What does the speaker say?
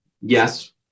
yes